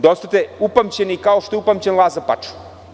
Da ostanete upamćeni kao što je upamćen Laza Paču.